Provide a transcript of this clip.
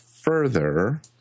further